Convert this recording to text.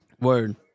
Word